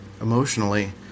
emotionally